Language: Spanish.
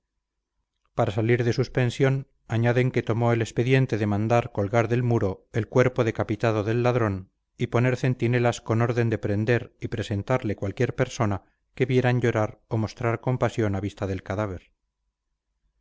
para salir de suspensión añaden que tomó el expediente de mandar colgar del muro el cuerpo decapitado del ladrón y poner centinelas con orden de prender y presentarle cualquier persona que vieran llorar o mostrar compasión a vista del cadáver